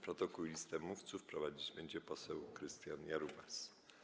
Protokół i listę mówców prowadzić będzie poseł Krystian Jarubas.